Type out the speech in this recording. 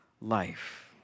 life